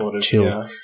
chill